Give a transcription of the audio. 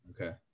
Okay